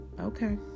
Okay